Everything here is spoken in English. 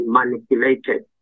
manipulated